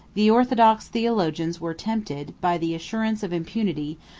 the orthodox theologians were tempted, by the assurance of impunity,